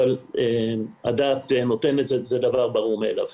אבל זה דבר ברור מאליו.